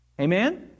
Amen